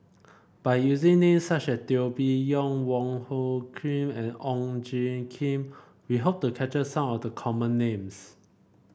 by using name such as Teo Bee Yen Wong Hung Khim and Ong Tjoe Kim we hope to capture some of the common names